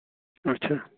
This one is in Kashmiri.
اَچھا